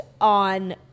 on